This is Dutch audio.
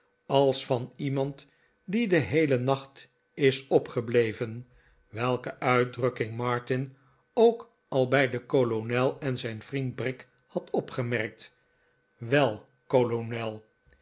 als van iemand die den heelen nacht is opgebleven welke uitdr ukking martin ook al bij den kolonel en zijn vriend brick had opgemerkt wel kolonel